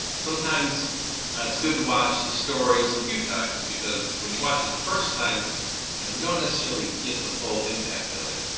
sometimes it's good to watch the stories a few times because when you watch it the first time ah you don't necessarily get the full impact of it,